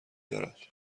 دارد